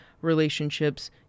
relationships